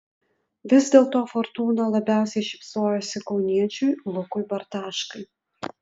vis dėlto fortūna labiausiai šypsojosi kauniečiui lukui bartaškai